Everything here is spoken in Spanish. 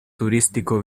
turístico